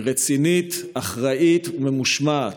היא רצינית, אחראית וממושמעת.